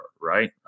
right